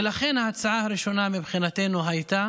ולכן ההצעה הראשונה מבחינתנו הייתה